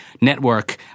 network